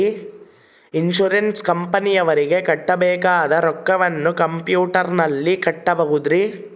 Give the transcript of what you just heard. Insurance ಕಂಪನಿಯವರಿಗೆ ಕಟ್ಟಬೇಕಾದ ರೊಕ್ಕವನ್ನು ಕಂಪ್ಯೂಟರನಲ್ಲಿ ಕಟ್ಟಬಹುದ್ರಿ?